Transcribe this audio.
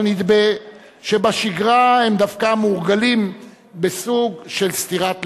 אבל נדמה שבשגרה הם דווקא מורגלים בסוג של סטירת לחי,